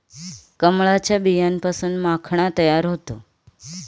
कमळाच्या बियांपासून माखणा तयार होतो